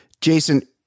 jason